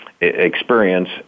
experience